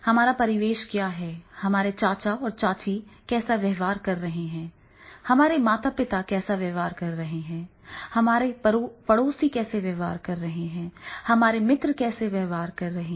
हमारा परिवेश क्या है हमारे चाचा और चाची कैसे व्यवहार कर रहे हैं हमारे माता पिता कैसे व्यवहार कर रहे हैं हमारे पड़ोसी कैसे व्यवहार कर रहे हैं हमारे मित्र कैसे व्यवहार कर रहे हैं